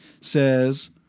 says